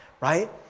right